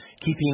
keeping